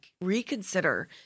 reconsider